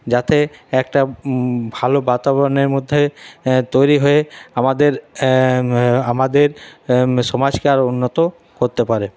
যাতে একটা ভালো বাতাবরণের মধ্যে তৈরি হয়ে আমাদের আমাদের সমাজকে আরও উন্নত করতে পারে